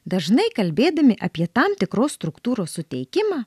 dažnai kalbėdami apie tam tikros struktūros suteikimą